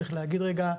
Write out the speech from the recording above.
צריך להגיד רגע,